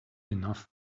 enough